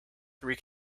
three